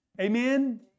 Amen